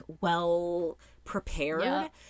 well-prepared